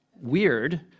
weird